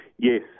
Yes